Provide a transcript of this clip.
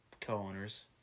co-owners